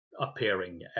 appearing